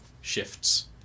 shifts